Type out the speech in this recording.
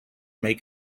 may